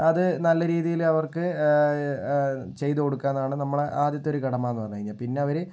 അത് നല്ല രീതിയില് അവർക്ക് ചെയ്ത് കൊടുക്കാമെന്നാണ് നമ്മളെ ആദ്യത്തെ ഒരു കടമ എന്ന് പറഞ്ഞു കഴിഞ്ഞാൽ പിന്നെ അവര്